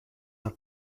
are